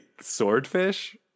swordfish